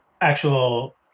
actual